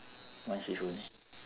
one shift only